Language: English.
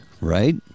Right